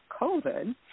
COVID